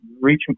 Reach